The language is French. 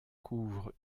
couvre